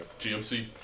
GMC